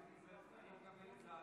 אני מקבל את זה,